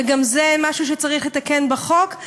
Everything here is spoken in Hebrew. וגם זה משהו שצריך לתקן בחוק.